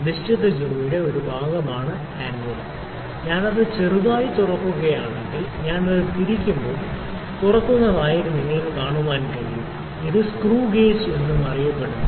നിശ്ചിത ജോയുടെ ഒരു ഭാഗമാണ് ആൻവിൽ ഞാൻ അത് ചെറുതായി തുറക്കുകയാണെങ്കിൽ ഞാൻ അത് തിരിക്കുമ്പോൾ തുറക്കുന്നതായി കാണാൻ കഴിയും ഇത് സ്ക്രൂ ഗേജ് എന്നും അറിയപ്പെടുന്നു